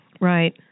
Right